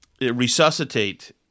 resuscitate